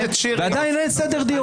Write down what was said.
ועדיין אין סדר דיון,